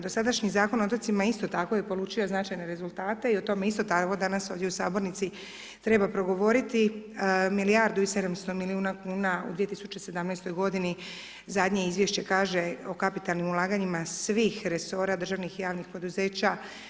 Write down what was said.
Dosadašnji Zakon o otocima isto tako je polučio značajne rezultate i o tome isto tako danas ovdje u sabornici treba progovoriti, milijardu i 700 milijuna kuna u 2017. godini zadnje izvješće kaže o kapitalnim ulaganjima svih resora državnih i javnih poduzeća.